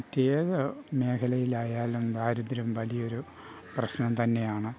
മറ്റ് ഏത് മേഖലയിലായാലും ദാരിദ്ര്യം വലിയൊരു പ്രശ്നം തന്നെയാണ്